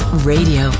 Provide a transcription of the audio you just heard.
Radio